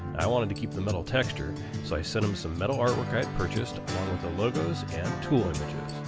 i wanted to keep the metal texture so i sent him some metal artwork i had purchased along with the logos and some tool images.